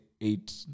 eight